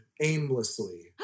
aimlessly